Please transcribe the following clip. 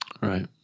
Right